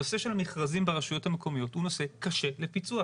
הנושא של המכרזים ברשויות המקומיות הוא נושא קשה לפיצוח.